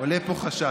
עולה פה חשש,